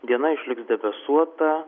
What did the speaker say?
diena išliks debesuota